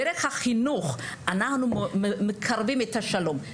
דרך החינוך אנחנו מקרבים את השלום,